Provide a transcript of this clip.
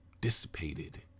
dissipated